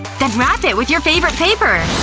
then wrap it with your favorite paper!